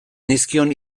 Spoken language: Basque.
nizkion